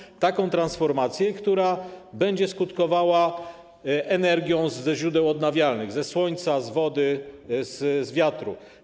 Chodzi o taką transformację, która będzie skutkowała energią ze źródeł odnawialnych: ze słońca, z wody, wiatru.